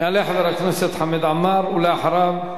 יעלה חבר הכנסת חמד עמאר, ולאחריו,